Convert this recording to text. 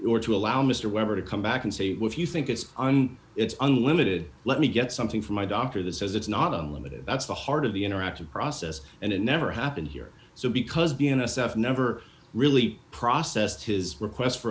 or to allow mr weber to come back and say if you think it's on its unlimited let me get something from my doctor that says it's not unlimited that's the heart of the interactive process and it never happened here so because the n s f never really processed his request for